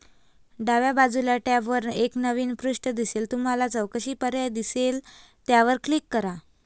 डाव्या बाजूच्या टॅबवर एक नवीन पृष्ठ दिसेल तुम्हाला चौकशी पर्याय दिसेल त्यावर क्लिक करा